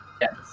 Yes